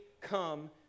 come